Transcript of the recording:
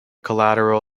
collateral